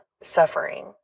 suffering